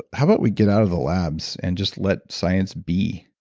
how about we get out of the labs and just let science be?